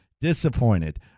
Disappointed